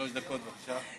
שלוש דקות, בבקשה.